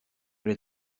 elle